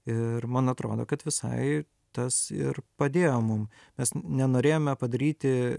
ir man atrodo kad visai tas ir padėjo mum nes nenorėjome padaryti